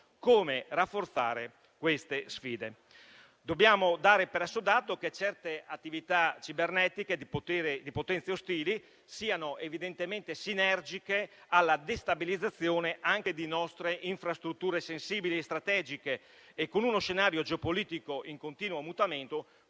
come rafforzare queste sfide. Dobbiamo dare per assodato che certe attività cibernetiche di potenze ostili siano evidentemente sinergiche alla destabilizzazione anche di nostre infrastrutture sensibili e strategiche; con uno scenario geopolitico in continuo mutamento,